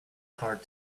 card